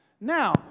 now